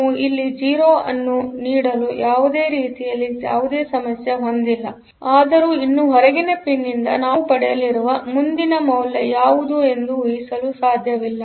ನೀವುಇಲ್ಲಿ 0 ಅನ್ನುನೀಡಲು ಯಾವುದೇ ರೀತಿಯಲ್ಲಿ ಯಾವುದೇ ಸಮಸ್ಯೆಯನ್ನು ಹೊಂದಿಲ್ಲ ಆದರೆ ಇನ್ನೂ ಹೊರಗಿನ ಪಿನ್ನಿಂದ ನಾವು ಪಡೆಯಲಿರುವ ಮುಂದಿನ ಮೌಲ್ಯ ಯಾವುದು ಎಂದು ಉಹಿಸಲು ಸಾಧ್ಯವಿಲ್ಲ